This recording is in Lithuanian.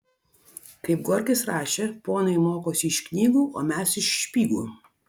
kaip gorkis rašė ponai mokosi iš knygų o mes iš špygų